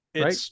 right